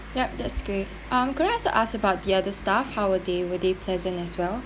yup that's great um could I also ask about the other staff how were they were they pleasant as well